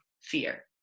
fear